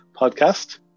podcast